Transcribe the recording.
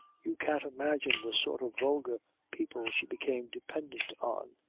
you can't imagine the sort of vulgar people she became dependent on.